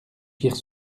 firent